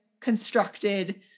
constructed